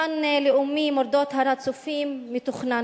הגן הלאומי מורדות הר-הצופים מתוכנן